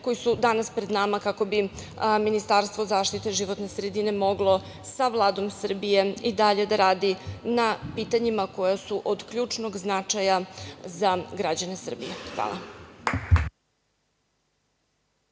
koji su danas pred nama kako bi Ministarstvo zaštite životne sredine moglo sa Vladom Srbije i dalje da radi na pitanjima koja su od ključnog značaja za građane Srbije. Hvala.